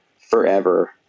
forever